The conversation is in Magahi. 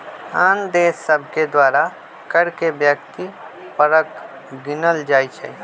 आन देश सभके द्वारा कर के व्यक्ति परक गिनल जाइ छइ